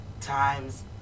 times